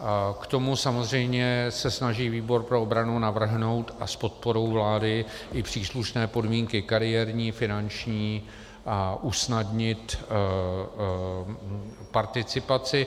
K tomu samozřejmě se snaží výbor pro obranu navrhnout a s podporou vlády i příslušné podmínky kariérní, finanční a usnadnit participaci.